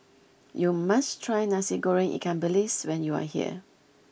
you must try Nasi Goreng Ikan Bilis when you are here